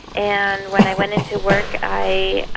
and when i went into work i